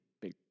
big